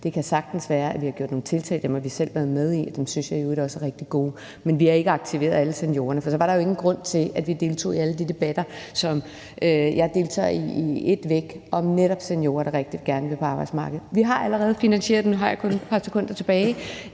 Det kan sagtens være, at vi har gjort nogle tiltag, og dem har vi selv været med i, og dem synes jeg i øvrigt også er rigtig gode, men vi har ikke aktiveret alle seniorerne, for så var der jo ingen grund til, at vi deltog i alle de debatter, som jeg deltager i i et væk, om netop seniorer, der rigtig gerne vil ud på arbejdsmarkedet. Vi har allerede finansieret – og nu har jeg kun et par sekunder tilbage